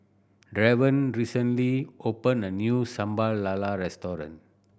Draven recently opened a new Sambal Lala restaurant